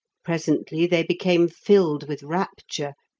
presently they became filled with rapture,